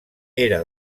era